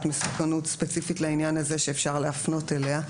מסוכנות ספציפית לעניין הזה שאפשר להפנות אליה,